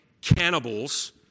cannibals